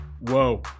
Whoa